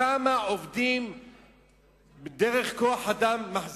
כמה עובדים היא מחזיקה דרך קבלני כוח-אדם?